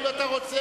האם אתה רוצה,